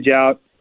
out